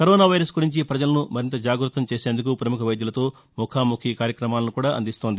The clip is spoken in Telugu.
కరోనా వైరస్ గురించి ప్రజలను మరింత జాగృతం చేసేందుకు ప్రముఖ వైద్యులతో ముఖాముఖ కార్యక్రమాలను కూడా అందిస్తోంది